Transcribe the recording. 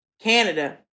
Canada